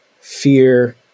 fear